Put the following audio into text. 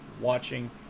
watching